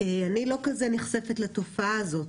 אני לא כל כך נחשפת לתופעה הזאת,